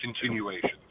continuations